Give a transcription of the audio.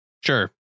Sure